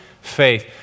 faith